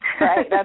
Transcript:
Right